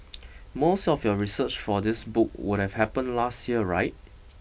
most of your research for this book would have happened last year right